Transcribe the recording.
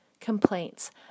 complaints